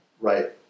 right